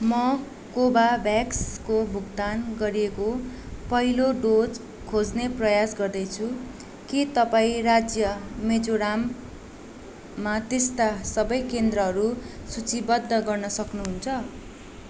म कोभोभ्याक्सको भुक्तान गरिएको पहिलो डोज खोज्ने प्रयास गर्दैछु के तपाईँँ राज्य मिजोराममा त्यस्ता सबै केन्द्रहरू सूचीबद्ध गर्न सक्नुहुन्छ